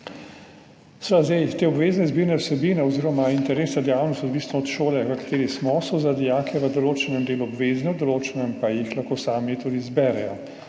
pouk. Te obvezne izbirne vsebine oziroma interesne dejavnosti, odvisno od šole, v kateri smo, so za dijake v določenem delu obvezne, v določenem pa jih lahko tudi sami izberejo.